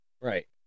right